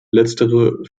letztere